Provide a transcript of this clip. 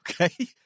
Okay